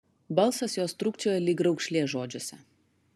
balsas jos trūkčioja lyg raukšlė žodžiuose